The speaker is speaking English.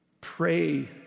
Pray